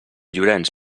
llorenç